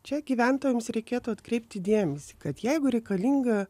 čia gyventojams reikėtų atkreipti dėmesį kad jeigu reikalinga